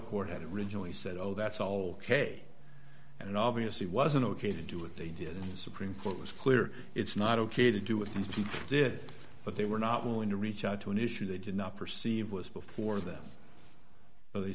court had originally said oh that's all k and it obviously wasn't ok to do what they did in the supreme court was clear it's not ok to do with these people did but they were not willing to reach out to an issue they did not perceive was before them but they